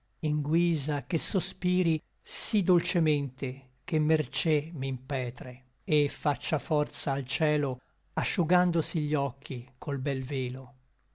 in guisa che sospiri sí dolcemente che mercé m'impetre et faccia forza al cielo asciugandosi gli occhi col bel velo